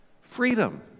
freedom